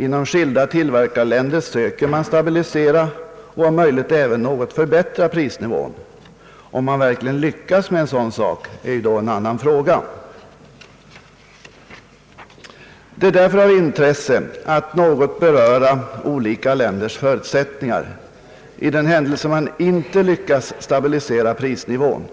Inom skilda tillverkarländer söker man stabilisera och om möjligt även förbättra prisnivån. Om man verkligen lyckas med en sådan sak är en annan fråga. Det är därför av intresse att något beröra olika länders förutsättningar i den händelse man inte lyckas stabilisera prisnivån.